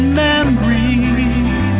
memories